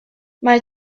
mae